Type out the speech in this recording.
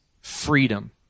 freedom